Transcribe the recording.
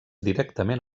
directament